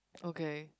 okay